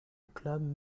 club